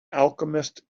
alchemist